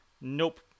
Nope